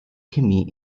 chemie